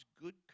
good